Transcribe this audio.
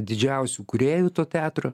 didžiausių kūrėjų to teatro